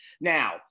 Now